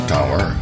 Tower